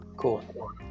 cool